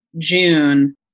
June